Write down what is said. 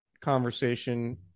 conversation